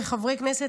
כחברי כנסת,